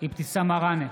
אבתיסאם מראענה,